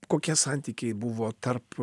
kokie santykiai buvo tarp